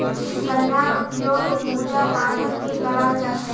गन्नार उपयोग पूजा पाठत भी कराल जा छे